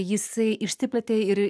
jisai išsiplėtė ir